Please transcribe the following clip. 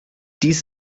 dies